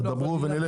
דברו ונלך.